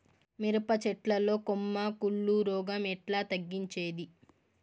మిరప చెట్ల లో కొమ్మ కుళ్ళు రోగం ఎట్లా తగ్గించేది?